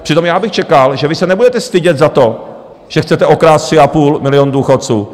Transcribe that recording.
Přitom já bych čekal, že vy se nebudete stydět za to, že chcete okrást 3,5 milionu důchodců.